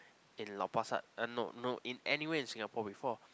in lau-pa-sat ah no no in anywhere in Singapore before